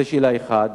זו שאלה אחת.